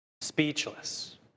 speechless